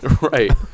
Right